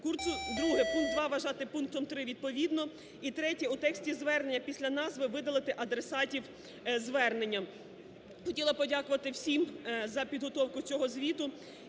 Друге. Пункт 2 вважати пунктом 3, відповідно. І третє. У тексті Звернення після назви видалити адресатів Звернення. Хотіла подякувати всім за підготовку цього Звіту